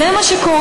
זה מה שקורה,